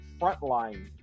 Frontline